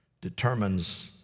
determines